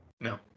No